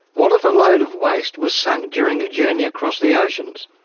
what if a load of waste was sunk during a journey across the oceans?